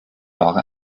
genre